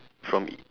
from